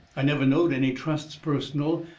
i never knowed any trusts personal,